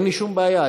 אין לי שום בעיה,